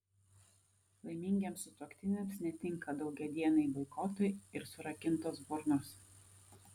laimingiems sutuoktiniams netinka daugiadieniai boikotai ir surakintos burnos